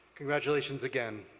congratulations again.